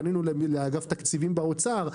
פנינו לאגף תקציבים באוצר,